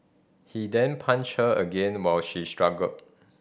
he then punched her again while she struggled